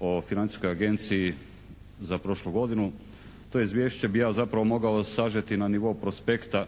o financijskoj agenciji za prošlu godinu. To izvješće bi ja zapravo mogao sažeti na nivo prospekta